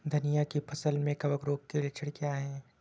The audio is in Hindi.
धनिया की फसल में कवक रोग के लक्षण क्या है?